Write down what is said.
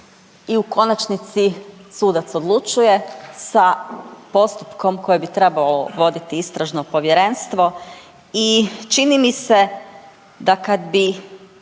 i u konačnici sudac odlučuje sa postupkom koji bi trebao voditi Istražno povjerenstvo i čini mi se da kada bi